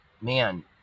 man